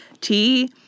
tea